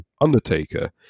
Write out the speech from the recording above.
Undertaker